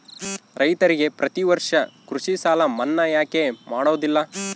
ರೈತರಿಗೆ ಪ್ರತಿ ವರ್ಷ ಕೃಷಿ ಸಾಲ ಮನ್ನಾ ಯಾಕೆ ಮಾಡೋದಿಲ್ಲ?